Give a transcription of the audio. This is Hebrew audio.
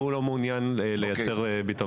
והוא לא מעוניין לייצר ביטומן.